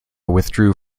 withdrew